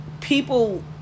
people